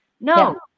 No